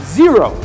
zero